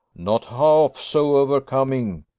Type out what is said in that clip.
not half so overcoming,